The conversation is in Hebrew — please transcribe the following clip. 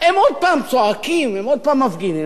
הם עוד פעם צועקים, הם עוד פעם מפגינים.